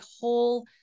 whole